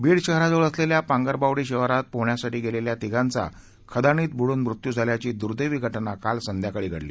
बीड शहराजवळ असलेल्या पांगरबावडी शिवारात पोहण्यासाठी गेलेल्या तीघांचा खदाणीत बुडून मृत्यू झाल्याची दुर्देवी घटना काल संध्याकाळी घडली